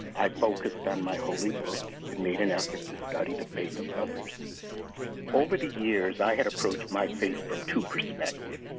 i focused on my holy book and made an effort to study the faith of others over the years, i had approached my faith from two perspectives.